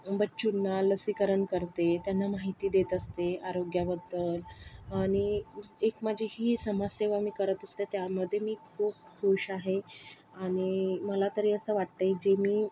बच्चूंना लसीकरण करते त्यांना माहिती देत असते आरोग्याबद्दल आणि एक माझी ही समाजसेवा मी करत असते त्यामध्ये मी खूप खूश आहे आणि मला तरी असं वाटतंय जे मी